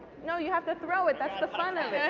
no, you have to throw it, that's the fun of